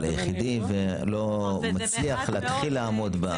הוא היחידי, והוא לא מצליח להתחיל לעמוד בזה.